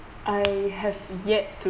I have yet to